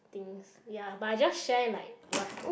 things ya but I just share like what